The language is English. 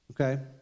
Okay